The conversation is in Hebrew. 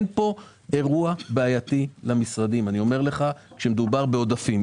אין פה אירוע בעייתי למשרדים כאשר מדובר בעודפים.